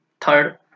third